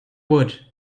wood